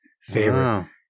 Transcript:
favorite